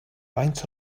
faint